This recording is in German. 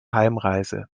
heimreise